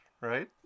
right